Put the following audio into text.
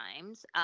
times